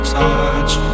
touch